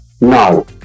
No